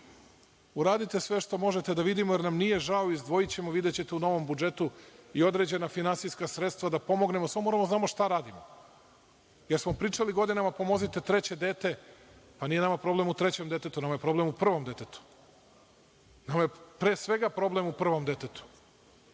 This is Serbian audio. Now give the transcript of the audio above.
uradite sve što možete, da vidimo, jer nam nije žao. Izdvojićemo, videćete, u novom budžetu i određena finansijska sredstva da pomognemo, samo moramo da znamo šta radimo. Pričali smo godinama – pomozite treće dete, ali nije nama problem u trećem detetu, nama je problem u prvom detetu, nama je pre svega problem u prvom detetu,